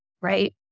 right